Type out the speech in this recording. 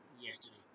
yesterday